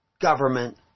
government